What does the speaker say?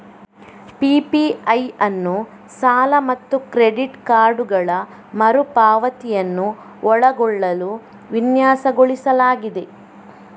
PPI ಅನ್ನು ಸಾಲ ಮತ್ತು ಕ್ರೆಡಿಟ್ ಕಾರ್ಡುಗಳ ಮರು ಪಾವತಿಯನ್ನು ಒಳಗೊಳ್ಳಲು ವಿನ್ಯಾಸಗೊಳಿಸಲಾಗಿದೆ